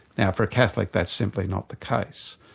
now for a catholic that's simply not the case,